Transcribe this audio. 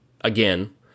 again